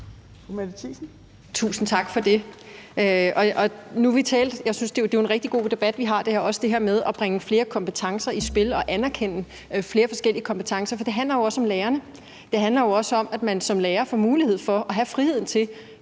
Tusind tak for det.